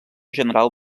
general